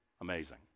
Amazing